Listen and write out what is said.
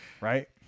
Right